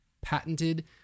patented